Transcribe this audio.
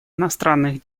иностранных